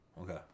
Okay